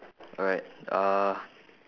alright uh